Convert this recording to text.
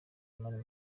mani